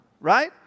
right